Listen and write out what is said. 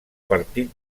partit